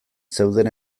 zeuden